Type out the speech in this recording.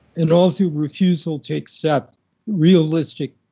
and also refusal to accept realistic